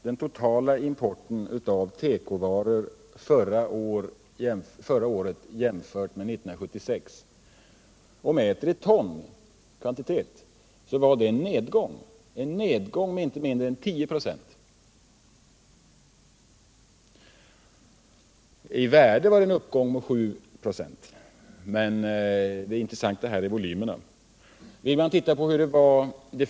Den totala importen av tekovaror förra året, mätt i ton, visar en nedgång i jämförelse med motsvarande siffra 1976,en nedgång med inte mindre än 10 96. I värde var det en uppgång med 7 96 , men det intressanta här är volymerna.